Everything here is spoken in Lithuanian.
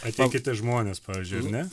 ateikite žmonės pavyzdžiui ar ne